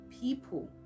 people